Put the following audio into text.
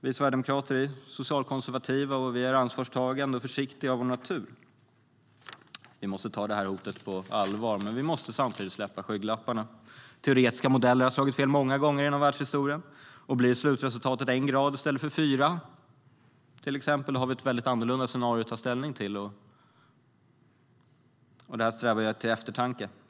Vi sverigedemokrater är socialkonservativa, ansvarstagande och försiktiga av vår natur. Vi måste ta det här hotet på allvar, men vi måste samtidigt släppa skygglapparna. Teoretiska modeller har slagit fel många gånger i världshistorien, och blir slutresultatet en grad i stället för fyra, till exempel, har vi ett väldigt annorlunda scenario att ta ställning till. Det här manar till eftertanke.